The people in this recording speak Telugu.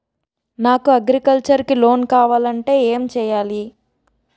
నాకు అగ్రికల్చర్ కి లోన్ కావాలంటే ఏం చేయాలి?